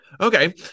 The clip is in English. Okay